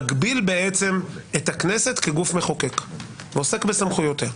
מגביל בעצם את הכנסת כגוף מחוקק ועוסק בסמכויותיה.